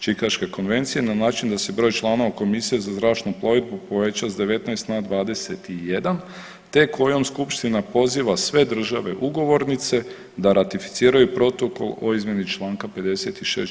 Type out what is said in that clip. Čikaške konvencije na način da se broj članova komisije za zračnu plovidbu poveća s 19 na 21 te kojom skupština poziva sve države ugovornice da ratificiraju protokol o izmjeni Članka 56.